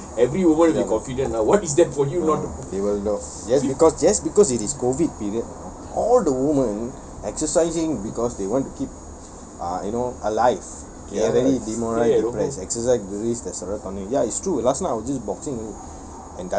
ya they will no just because just because it is COVID period all the women exercising because they want to keep uh you know alive they are very exercise release the serotonin ya it's true last night I was just boxing only